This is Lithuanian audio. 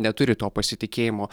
neturi to pasitikėjimo